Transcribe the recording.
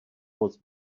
was